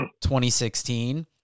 2016